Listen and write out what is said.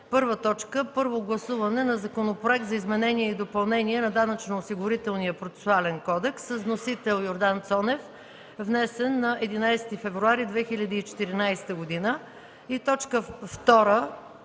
а именно: 1. Първо гласуване на Законопроект за изменение и допълнение на Данъчно-осигурителния процесуален кодекс с вносител Йордан Цонев, внесен на 11 февруари 2014 г.